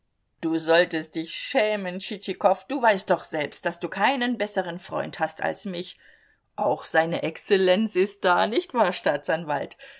du solltest dich schämen tschitschikow du weißt doch selbst daß du keinen besseren freund hast als mich auch seine exzellenz ist da nicht wahr staatsanwalt